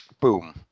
boom